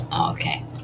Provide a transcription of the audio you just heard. Okay